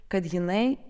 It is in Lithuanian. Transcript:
kad jinai